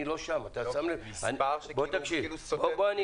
זה מספר שכאילו סוגר את